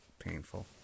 Painful